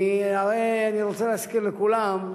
כי הרי אני רוצה להזכיר לכולם,